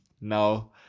Now